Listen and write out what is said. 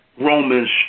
Romans